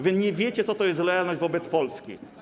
Wy nie wiecie, co to jest lojalność wobec Polski.